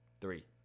Three